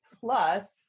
Plus